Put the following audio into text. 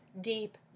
deep